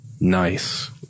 Nice